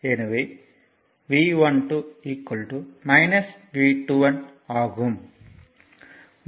எனவே V12 V21